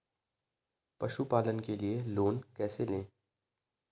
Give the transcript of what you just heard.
पशुपालन के लिए लोन कैसे लें?